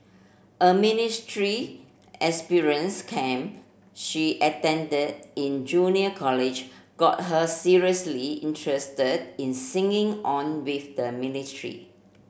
a experience camp she attended in junior college got her seriously interested in singing on with the military